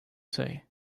say